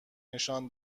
نشان